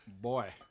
Boy